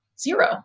zero